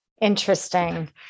Interesting